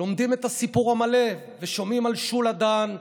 לומדים את הסיפור המלא ושומעים על שולה דהן,